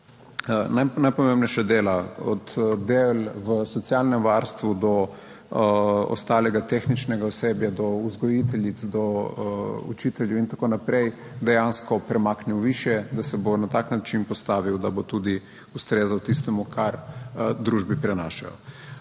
najpomembnejša dela, od del v socialnem varstvu, do ostalega tehničnega osebja, do vzgojiteljic, do učiteljev in tako naprej, dejansko premaknil višje, da se bo na tak način postavil, da bo tudi ustrezal tistemu kar družbi prinašajo.